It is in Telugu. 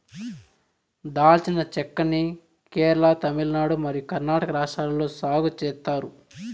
దాల్చిన చెక్క ని కేరళ, తమిళనాడు మరియు కర్ణాటక రాష్ట్రాలలో సాగు చేత్తారు